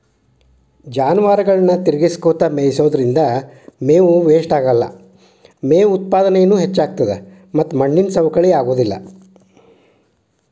ಜಾನುವಾರುಗಳನ್ನ ತಿರಗಸ್ಕೊತ ಮೇಯಿಸೋದ್ರಿಂದ ಮೇವು ವೇಷ್ಟಾಗಲ್ಲ, ಮೇವು ಉತ್ಪಾದನೇನು ಹೆಚ್ಚಾಗ್ತತದ ಮತ್ತ ಮಣ್ಣಿನ ಸವಕಳಿ ಆಗೋದಿಲ್ಲ